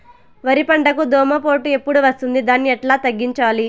వరి పంటకు దోమపోటు ఎప్పుడు వస్తుంది దాన్ని ఎట్లా తగ్గించాలి?